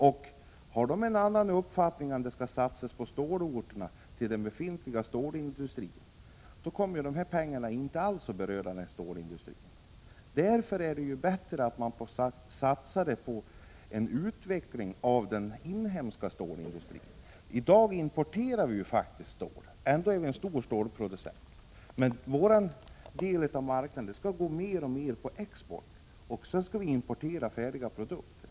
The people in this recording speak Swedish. Om de har en annan uppfattning än att man skall satsa på den befintliga stålindustrin kommer ju dessa pengar inte alls att gå till den industrin. Det är bättre att man får satsa pengarna på en utveckling av den inhemska stålindustrin. I dag importerar vi stål. Ändå är Sverige en stor stålproducent. Men våra produkter skall i allt större utsträckning gå på export. Sedan skall vi importera färdiga produkter.